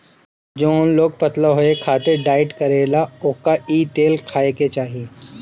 जवन लोग पतला होखे खातिर डाईट करेला ओके इ तेल खाए के चाही